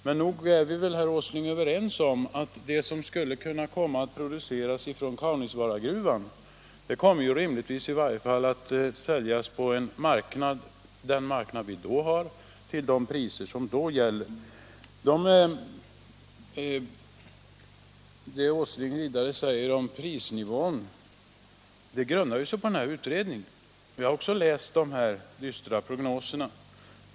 Men nog är vi väl, herr Åsling, överens om att det som skulle kunna komma att produceras i Kaunisvaaragruvan rimligtvis kommer att säljas på den marknad vi då har och till de priser som då gäller. Det herr Åsling vidare säger om prisnivån grundar sig på den nämnda utredningen. Vi har också läst de dystra prognoserna.